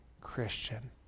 Christian